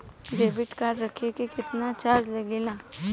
Debit card रखे के केतना चार्ज लगेला?